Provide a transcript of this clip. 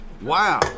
Wow